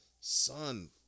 Son